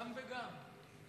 גם וגם.